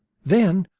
then,